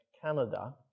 Canada